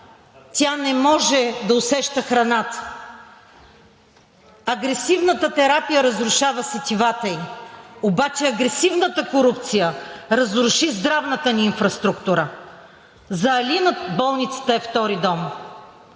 Тя не може да усеща храната. Агресивната терапия разрушава сетивата ѝ, обаче агресивната корупция разруши здравната ни инфраструктура. За Алина болницата е втори дом.